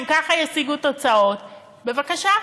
אם ככה ישיגו תוצאות, בבקשה.